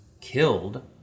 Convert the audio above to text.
killed